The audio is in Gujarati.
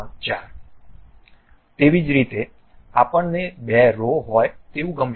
તેવી જ રીતે આપણને બે રો હોય તેવું ગમશે